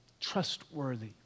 trustworthy